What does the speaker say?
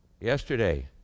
Yesterday